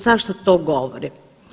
Zašto to govorim?